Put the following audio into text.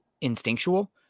instinctual